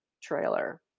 trailer